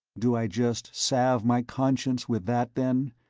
do i just salve my conscience with that then?